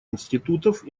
институтов